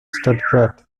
stuttgart